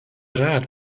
rat